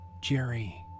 Jerry